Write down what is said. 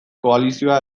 koalizio